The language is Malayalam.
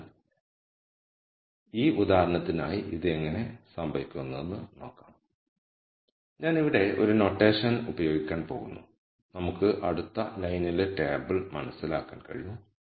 അതിനാൽ ഈ ഉദാഹരണത്തിനായി ഇത് എങ്ങനെ സംഭവിക്കുന്നുവെന്ന് നോക്കാം ഞാൻ ഇവിടെ ഒരു നൊട്ടേഷൻ ഉപയോഗിക്കാൻ പോകുന്നു അതിനാൽ നമുക്ക് അടുത്ത ലൈനിലെ ടേബിൾ മനസ്സിലാക്കാൻ കഴിയും